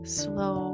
slow